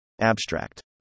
Abstract